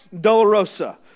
Dolorosa